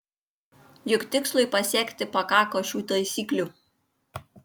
juk tikslui pasiekti pakako šių taisyklių